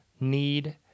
need